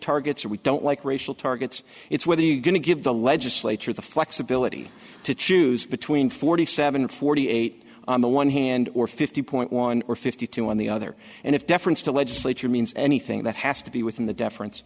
targets or we don't like racial targets it's whether you're going to give the legislature the flexibility to choose between forty seven forty eight on the one hand or fifty point one or fifty one the other and if deference to legislature means anything that has to be within the deference